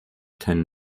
ten